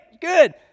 good